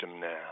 now